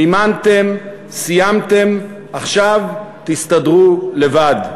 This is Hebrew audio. מימנתם, סיימתם, עכשיו תסתדרו לבד.